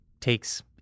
takes